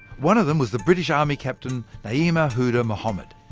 one of them was the british army captain naima houder-mohammed.